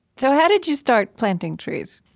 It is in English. so how did you start planting trees?